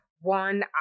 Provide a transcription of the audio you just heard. one